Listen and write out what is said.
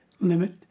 limit